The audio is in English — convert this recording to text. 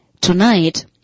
tonight